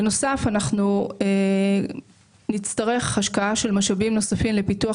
בנוסף אנחנו נצטרך השקעה של משאבים נוספים לפיתוח